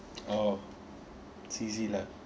oh it's easy lah